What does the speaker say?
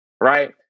right